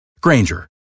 Granger